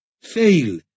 fail